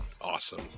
awesome